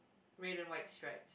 red and white stripes